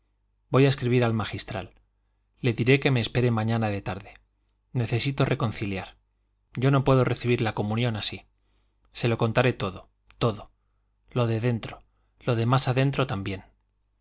voy a escribir al magistral le diré que me espere mañana de tarde necesito reconciliar yo no puedo recibir la comunión así se lo contaré todo todo lo de dentro lo de más adentro también